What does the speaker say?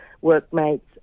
workmates